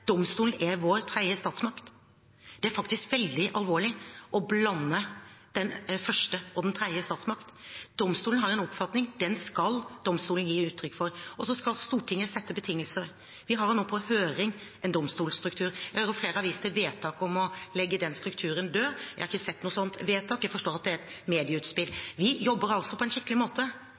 Domstolen er vår tredje statsmakt. Det er faktisk veldig alvorlig å blande den første og den tredje statsmakt. Domstolen har en oppfatning, den skal domstolen gi uttrykk for. Og så skal Stortinget sette betingelser. Vi har nå på høring en domstolstruktur. Jeg hører flere har vist til vedtak om å legge den strukturen død. Jeg har ikke sett noe sånt vedtak, jeg forstår at det er et medieutspill. Vi jobber på en skikkelig måte.